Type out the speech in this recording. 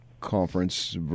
conference